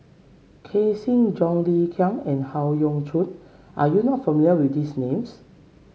Ken Seet John Le Cain and Howe Yoon Chong are you not familiar with these names